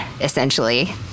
essentially